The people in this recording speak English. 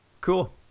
Cool